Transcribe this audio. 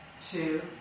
two